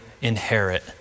inherit